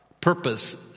purpose